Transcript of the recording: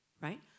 right